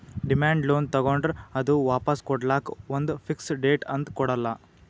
demand loan ತಗೋಂಡ್ರ್ ಅದು ವಾಪಾಸ್ ಕೊಡ್ಲಕ್ಕ್ ಒಂದ್ ಫಿಕ್ಸ್ ಡೇಟ್ ಅಂತ್ ಕೊಡಲ್ಲ